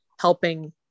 helping